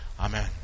Amen